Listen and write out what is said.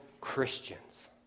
Christians